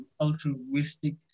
altruistic